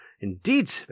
indeed